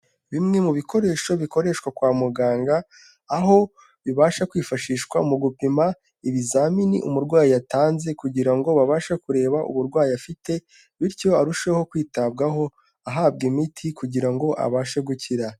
Bimwe mu bikoresho bikoreshwa kwa muganga, aho bibasha kwifashishwa mu gupima ibizamini umurwayi yatanze kugira ngo babashe kureba uburwayi afite bityo arusheho kwitabwaho ahabwa imiti kugira ngo abashe gukira.